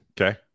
Okay